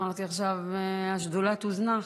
אמרתי: עכשיו השדולה תוזנח,